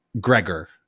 Gregor